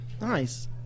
Nice